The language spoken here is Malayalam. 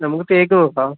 നമുക്ക് തേക്ക് നോക്കാം